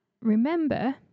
remember